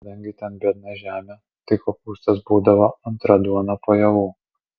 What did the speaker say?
kadangi ten biedna žemė tai kopūstas būdavo antra duona po javų